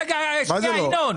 רגע, שנייה ינון.